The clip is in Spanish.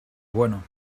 bueno